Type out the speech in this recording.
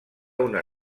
una